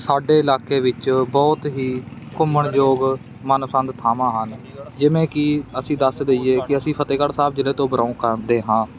ਸਾਡੇ ਇਲਾਕੇ ਵਿੱਚ ਬਹੁਤ ਹੀ ਘੁੰਮਣਯੋਗ ਮਨਪਸੰਦ ਥਾਵਾਂ ਹਨ ਜਿਵੇਂ ਕਿ ਅਸੀਂ ਦੱਸ ਦੇਈਏ ਕਿ ਅਸੀਂ ਫ਼ਤਿਹਗੜ੍ਹ ਸਾਹਿਬ ਜ਼ਿਲ੍ਹੇ ਤੋਂ ਬਿਲੋਂਗ ਕਰਦੇ ਹਾਂ